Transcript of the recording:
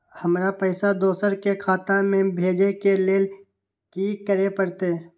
हमरा पैसा दोसर के खाता में भेजे के लेल की करे परते?